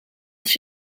als